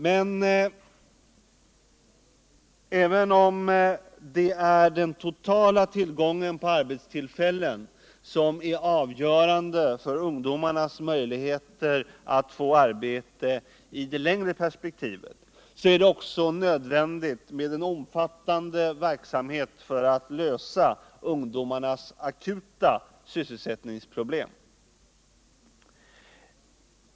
Men även om det är den totala tillgången på arbetstillfällen som är avgörande för ungdomarnas möjligheter att få arbete i det längre perspektivet så är det också nödvändigt med en omfattande verksamhet som löser ungdomarnas akuta sysselsättningsproblem.